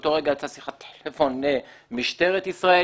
באותו רגע יצאה שיחת טלפון למשטרת ישראל.